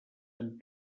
amb